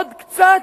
עוד קצת,